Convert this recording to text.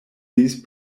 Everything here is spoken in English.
these